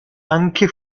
anche